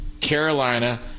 Carolina